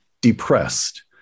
depressed